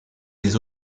des